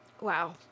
Wow